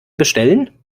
bestellen